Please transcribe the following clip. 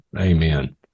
amen